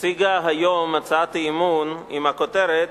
הציגה היום הצעת אי-אמון שכותרתה: